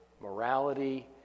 morality